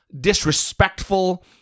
disrespectful